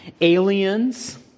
aliens